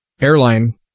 airline